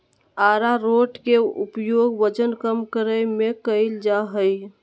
आरारोट के उपयोग वजन कम करय में कइल जा हइ